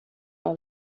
all